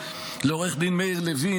לעו"ד מאיר לוין,